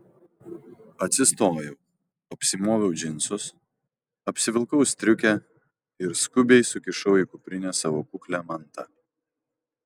atsistojau apsimoviau džinsus apsivilkau striukę ir skubiai sukišau į kuprinę savo kuklią mantą